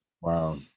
Wow